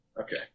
Okay